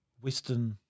Western